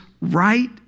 right